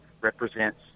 represents